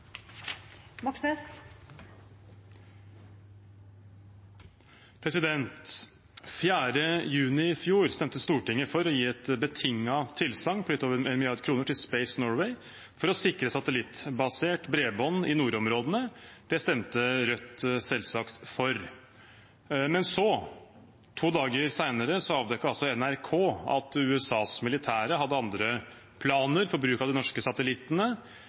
Den 4. juni i fjor stemte Stortinget for å gi et betinget tilsagn på litt over 1 mrd. kr til Space Norway for å sikre satellittbasert bredbånd i nordområdene. Det stemte Rødt selvsagt for. Men så, to dager senere, avdekket NRK at USAs militære hadde andre planer for bruken av de norske